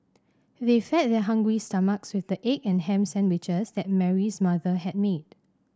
they fed their hungry stomachs with the egg and ham sandwiches that Mary's mother had made